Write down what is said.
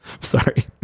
sorry